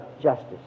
justice